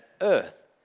Earth